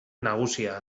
nagusia